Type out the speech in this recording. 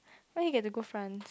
where you get the good friends